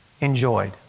enjoyed